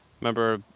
remember